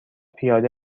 پیاده